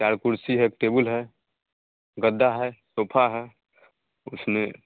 चार कुर्सी है एक टेबुल है गद्दा है सोफा है उसमें